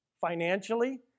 financially